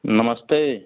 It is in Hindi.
नमस्ते